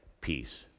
peace